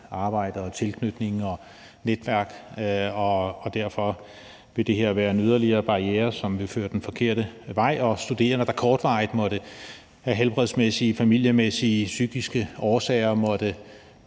arbejde og tilknytning og netværk, og derfor vil det her være en yderligere barriere, som vil føre den forkerte vej. Studerende, der af helbredsmæssige, familiemæssige eller psykiske årsager